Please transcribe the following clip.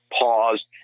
paused